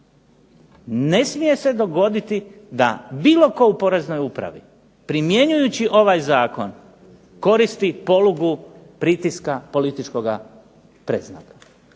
Ne smije se dogoditi da bilo tko u Poreznoj upravi primjenjujući ovaj Zakon koristi polugu pritiska političkoga predznaka.